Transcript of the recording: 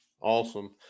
Awesome